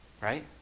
Right